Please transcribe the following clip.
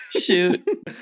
Shoot